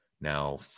now